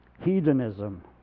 hedonism